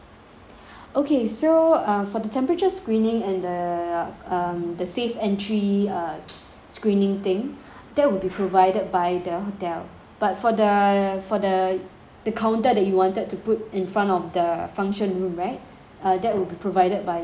okay so uh for the temperature screening and the um the safe entry uh screening thing that will be provided by the hotel but for the for the the counter that you wanted to put in front of the function room right uh that will be provided by yourself